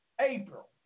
April